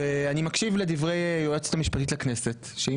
ואני מקשיב לדברי היועצת המשפטית לכנסת שהיא